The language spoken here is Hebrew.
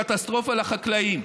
קטסטרופה לחקלאים.